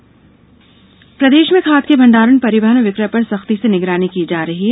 खाद भण्डारण प्रदेश में खाद के भण्डारण परिवहन और विक्रय पर सख्ती से निगरानी की जा रही है